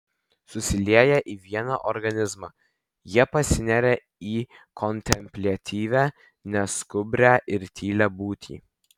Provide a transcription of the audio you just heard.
susilieję į vieną organizmą jie pasineria į kontempliatyvią neskubrią ir tylią būtį